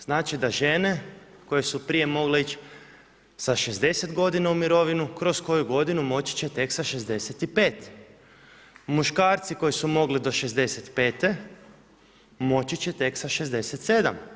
Znači da žene koje su prije mogle ići sa 60 godina u mirovinu, kroz koju godinu moći će tek sa 65. muškarci koji su mogli do 65. moći će tek sa 67.